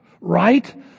right